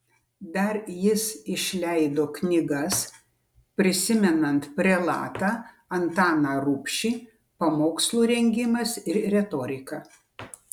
dar jis išleido knygas prisimenant prelatą antaną rubšį pamokslų rengimas ir retorika